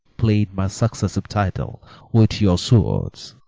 plead my successive title with your swords.